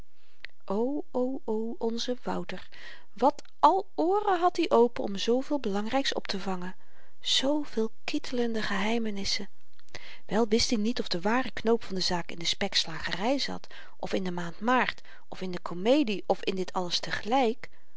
o o o onze wouter wat al ooren had i open om zooveel belangryks optevangen zooveel kittelende geheimenissen wel wist i niet of de ware knoop van de zaak in de spekslagery zat of in de maand maart of in de komedie of in dit alles te gelyk